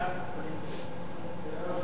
בעד, 9,